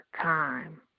time